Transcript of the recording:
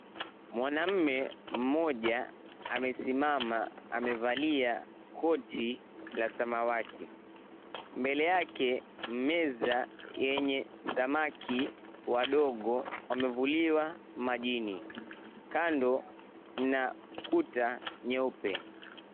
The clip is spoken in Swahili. Mwanamme mmoja amesimama, amevalia koti la samawati. Mbele yake kuna meza yenye samaki wadogo waliovuliwa majini, kando mna kuta nyeupe.